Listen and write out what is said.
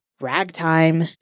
Ragtime